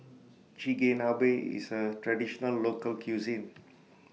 Chigenabe IS A Traditional Local Cuisine